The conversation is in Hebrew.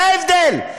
זה ההבדל.